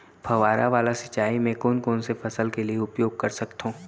फवारा वाला सिंचाई मैं कोन कोन से फसल के लिए उपयोग कर सकथो?